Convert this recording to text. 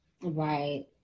Right